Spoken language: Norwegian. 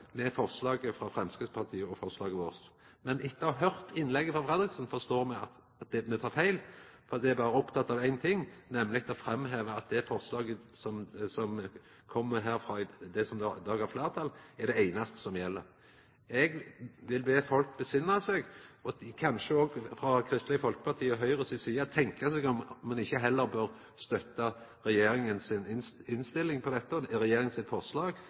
med Russland om dette, må han leggja om til ein heilt annan stil enn Framstegspartiet sin bompengeretorikk. For SV sin del og for regjeringspartia sin del opplever me ikkje at det er nokon motsetnad i utgangspunktet mellom forslaget frå Framstegspartiet og forslaget vårt. Men etter å ha høyrt innlegget frå Fredriksen, forstår me at me tek feil, for dei er opptekne berre av ein ting, nemleg av å framheva at det forslaget som i dag har fleirtal, er det einaste som gjeld. Eg vil be folk besinna seg, og kanskje også frå Kristeleg Folkeparti og Høgre si side tenkje over om